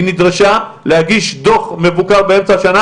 היא נדרשה להגיש דו"ח מבוקר באמצע השנה